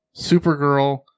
supergirl